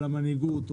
על המנהיגות,